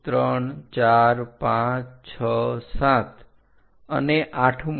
1234567 અને આઠમું